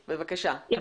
תודה.